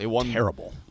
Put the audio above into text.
Terrible